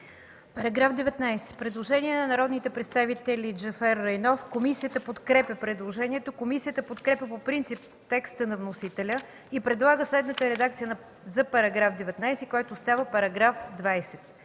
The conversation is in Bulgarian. По § 19 има предложение на народните представители Нигяр Джафер и Емил Райнов: Комисията подкрепя предложението. Комисията подкрепя по принцип текста на вносителя и предлага следната редакция за § 19, който става § 20: „§ 20.